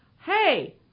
hey